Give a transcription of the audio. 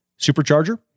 supercharger